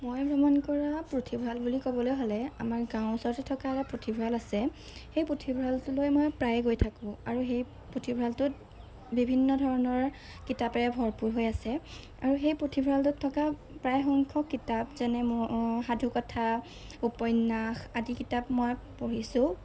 মই ভ্ৰমণ কৰা পুথিভঁৰাল বুলি ক'বলৈ হ'লে আমাৰ গাঁও ওচৰতে থকা এটা পুথিভঁৰাল আছে সেই পুথিভঁৰালটোলৈ মই প্ৰায়ে গৈ থাকোঁ আৰু সেই পুথিভঁৰালটোত বিভিন্ন ধৰণৰ কিতাপেৰে ভৰপূৰ হৈ আছে আৰু সেই পুথিভঁৰালটোত থকা প্ৰায় সংখ্যক কিতাপ যেনে সাধুকথা উপন্যাস আদি কিতাপ মই পঢ়িছোঁ